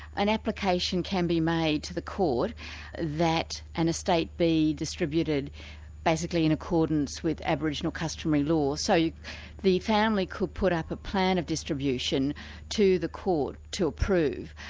an application can be made to the court that an estate be distributed basically in accordance with aboriginal customary law. so the family could put up a plan of distribution to the court to approve,